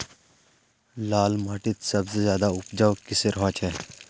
लाल माटित सबसे ज्यादा उपजाऊ किसेर होचए?